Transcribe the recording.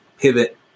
pivot